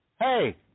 Hey